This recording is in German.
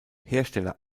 hersteller